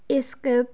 skip